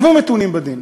הוו מתונים בדין: